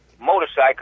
motorcycle